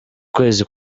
kwezi